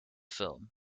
film